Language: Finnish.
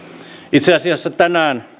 itse asiassa tänään